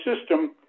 system